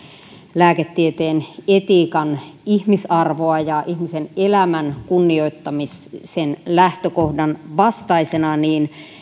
lääketieteen etiikan ihmisarvon ja ihmisen elämän kunnioittamisen lähtökohdan vastaisena niin